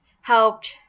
helped